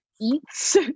eats